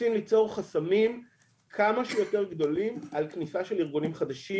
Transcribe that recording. רוצים ליצור חסמים כמה שיותר גדולים על כניסה של ארגונים חדשים.